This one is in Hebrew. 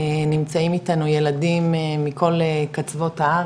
נמצאים איתנו ילדים מכל קצוות הארץ.